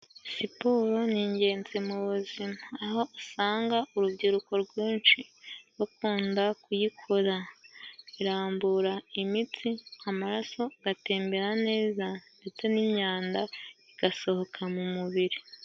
Siporo ni ingenzi mu buzima aho usanga urubyiruko rwinshi rukunda kuyikorara irambura imitsi amaraso agatembera neza ndetse n'imyanda igasohoka mu mubiri.